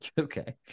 Okay